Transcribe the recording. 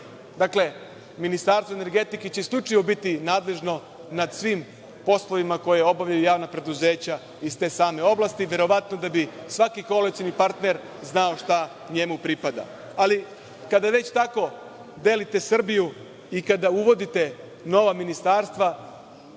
Dakle, Ministarstvo energetike će isključivo biti nadležno nad svim poslovima koje obavljaju javna preduzeća iz te same oblasti, verovatno da bi svaki koalicioni partner znao šta njemu pripada, ali kada već tako delite Srbiju i kada uvodite nova ministarstva